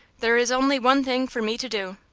there is only one thing for me to do.